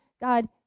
God